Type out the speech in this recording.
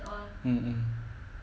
mm mm